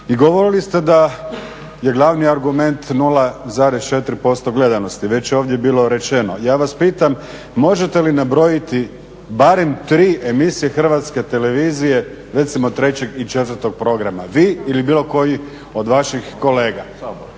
I govorili ste da je glavni argument 0,4% gledanosti. Već je ovdje bilo rečeno, ja vas pitam možete li nabrojiti barem tri emisije HRT-a, recimo 3. i 4. programa? Vi ili bilo koji od vaših kolega?